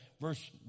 verse